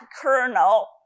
kernel